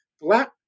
Black